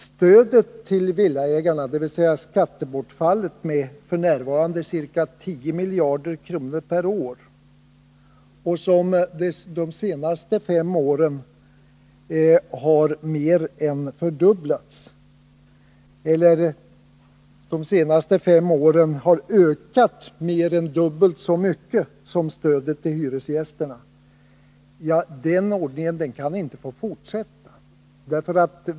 Stödet till villaägarna — skattebortfallet med f. n. ca 10 miljarder per år — har de senaste fem åren ökat mer än dubbelt så mycket som stödet till hyresgästerna. På det sättet kan det inte få fortsätta.